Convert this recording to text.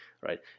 right